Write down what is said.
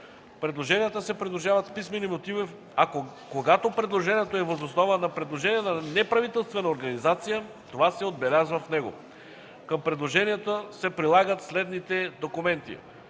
Предложенията се придружават с писмени мотиви, а когато предложението е въз основа на предложение на неправителствена организация, това се отбелязва в него. Към предложенията се прилагат следните документи: